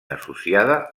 associada